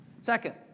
Second